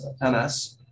MS